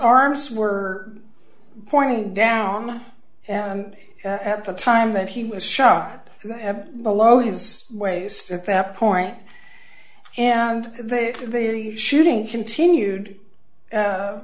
arms were pointed down and at the time that he was shot below his waist at that point and they did the shooting continued